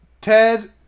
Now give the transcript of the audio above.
Ted